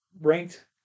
ranked